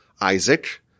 Isaac